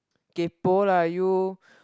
k_p_o lah you